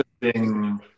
interesting